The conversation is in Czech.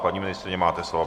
Paní ministryně, máte slovo.